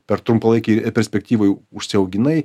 per trumpalaikėj perspektyvoj užsiauginai